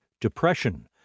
depression